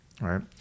right